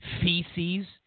feces